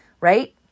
right